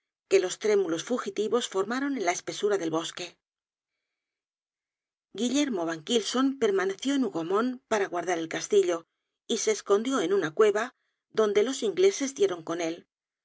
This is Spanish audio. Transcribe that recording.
que los trémulos fugitivos formaron en la espesura del bosque guillermo van kylson permaneció en hougomont para guardar el castillo y se escondió en una cueva donde los ingleses dieron con él